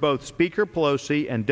both speaker pelosi and